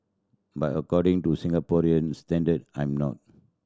but according to Singaporean standard I'm not